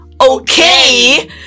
okay